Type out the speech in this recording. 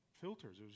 filters